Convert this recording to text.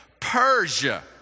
persia